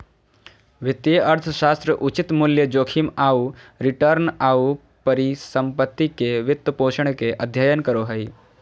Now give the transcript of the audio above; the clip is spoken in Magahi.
वित्तीय अर्थशास्त्र उचित मूल्य, जोखिम आऊ रिटर्न, आऊ परिसम्पत्ति के वित्तपोषण के अध्ययन करो हइ